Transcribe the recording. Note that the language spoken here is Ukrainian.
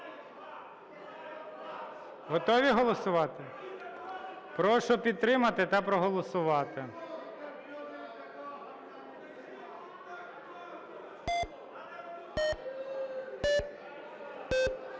до голосування. Прошу підтримати та проголосувати.